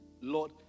Lord